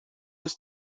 ist